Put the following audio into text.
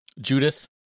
Judith